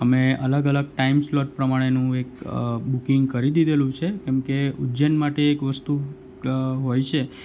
અમે અલગ અલગ ટાઈમ સ્લોટ પ્રમાણેનું એક બુકિંગ કરી દીધેલું છે કેમકે ઉજ્જૈન માટે એક વસ્તુ હોય છે